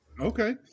Okay